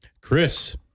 Chris